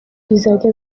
bizajya